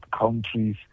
countries